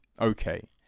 okay